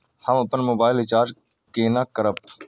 हम अपन mobile recharge केना करब?